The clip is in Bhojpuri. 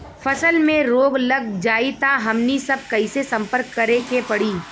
फसल में रोग लग जाई त हमनी सब कैसे संपर्क करें के पड़ी?